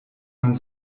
man